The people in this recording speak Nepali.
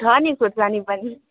छ नि खोर्सानी पनि